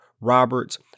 Roberts